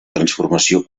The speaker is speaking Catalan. transformació